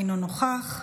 אינו נוכח,